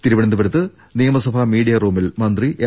തിരുവനന്തപുരത്ത് നിയമസഭാ മീഡിയാ റൂമിൽ മന്ത്രി എം